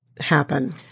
happen